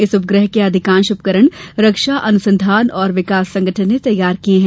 इस उपग्रह के अधिकांश उपकरण रक्षा अनुसंधान और विकास संगठन ने तैयार किए हैं